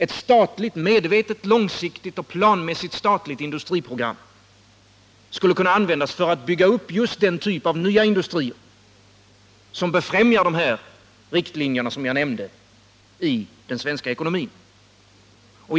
Ett statligt medvetet, långsiktigt och planmässigt industriprogram skulle kunna användas för att bygga upp just den typ av nya industrier som befrämjar de riktlinjer i den svenska ekonomin som jag nämnde.